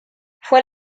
fue